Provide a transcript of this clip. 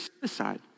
suicide